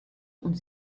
und